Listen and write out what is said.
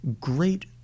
great